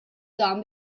dan